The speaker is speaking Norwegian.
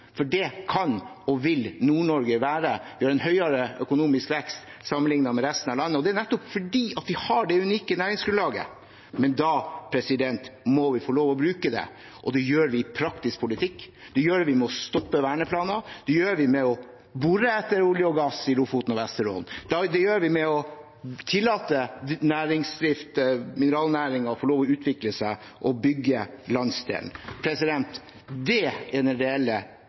for det kan og vil Nord-Norge være. Vi har en høyere økonomisk vekst sammenliknet med resten av landet, og det er nettopp fordi vi har det unike næringsgrunnlaget. Men da må vi få lov til å bruke det, og det gjør vi i praktisk politikk, det gjør vi ved å stoppe verneplaner, det gjør vi ved å bore etter olje og gass i Lofoten og Vesterålen, og det gjør vi ved å tillate næringsdriften, mineralnæringen, å få utvikle seg og ved å bygge landsdelen. Det er den reelle